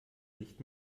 nicht